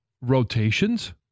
rotations